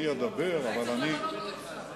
אני אדבר, אבל אני, אולי צריך למנות עוד שר.